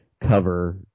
cover